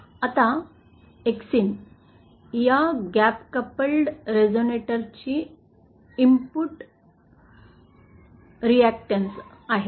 आता xin या gap coupled रेझोनेटरची इनपुट रीकटेंस आहे